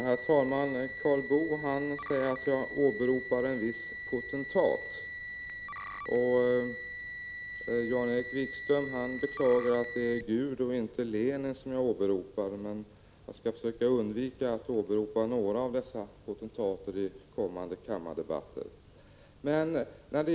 Herr talman! Karl Boo säger att jag åberopar en viss potentat, och Jan-Erik Wikström beklagar att det är Gud och inte Lenin som jag åberopar. Jag skall försöka undvika att åberopa någon av dessa potentater i kommande kammardebatter.